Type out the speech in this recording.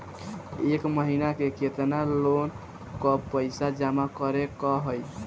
एक महिना मे केतना लोन क पईसा जमा करे क होइ?